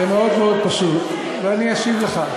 זה מאוד מאוד פשוט, ואני אשיב לך.